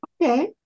Okay